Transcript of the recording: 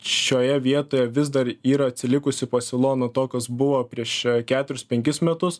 šioje vietoje vis dar yra atsilikusi pasiūla nuo to kas buvo prieš keturis penkis metus